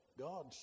God